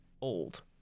old